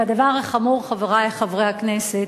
והדבר החמור, חברי חברי הכנסת,